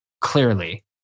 clearly